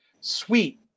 sweet